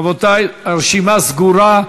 רבותי, הרשימה סגורה.